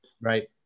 Right